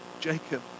Jacob